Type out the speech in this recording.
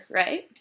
right